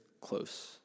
close